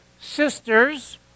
sisters